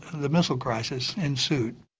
the missile crisis ensued.